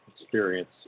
experience